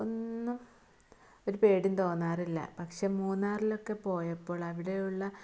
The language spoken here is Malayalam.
ഒന്നും ഒരു പേടിയും തോന്നാറില്ല പക്ഷെ മൂന്നാറിലൊക്കെ പോയപ്പോള് അവിടെയുള്ള